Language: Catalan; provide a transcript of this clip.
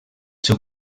seu